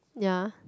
ya